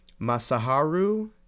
Masaharu